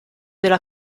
della